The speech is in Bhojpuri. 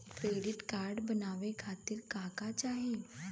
डेबिट कार्ड बनवावे खातिर का का चाही?